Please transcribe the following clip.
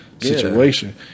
situation